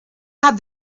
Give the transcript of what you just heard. had